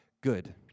good